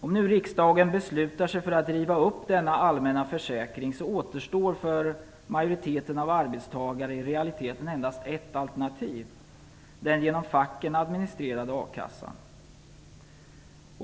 Om nu riksdagen beslutar sig för att riva upp denna allmänna försäkring så återstår för majoriteten av arbetstagare i realiteten endast ett alternativ: den genom facken administrerade a-kassan.